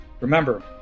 Remember